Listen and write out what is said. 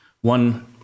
One